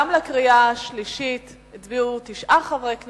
גם בקריאה השלישית הצביעו בעד תשעה חברי כנסת,